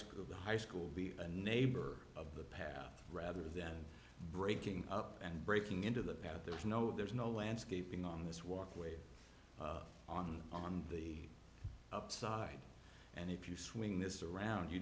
school the high school be a neighbor of the path rather than breaking up and breaking into that that there's no there's no landscaping on this walkway on on the up side and if you swing this around you